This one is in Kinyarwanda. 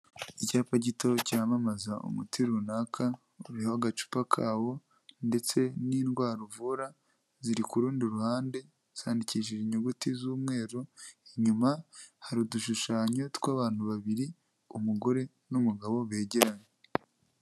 Icyapa gito cyamamaza umuti runaka uriho agacupa kawo ndetse n'indwara uvura ziri ku rundi ruhande zandikishije inyuguti z'umweru, inyuma hari udushushanyo tw'abantu babiri umugore n'umugabo begeranye.